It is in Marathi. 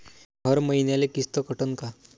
हर मईन्याले किस्त कटन का?